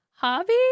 Hobby